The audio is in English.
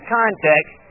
context